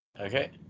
Okay